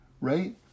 right